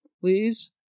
please